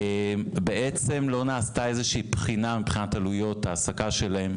זה שבעצם לא נעשתה איזו שהיא בחינה מבחינת עלויות ההעסקה שלהם.